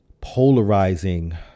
polarizing